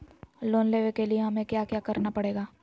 Loan लेने के लिए हमें क्या क्या करना पड़ेगा?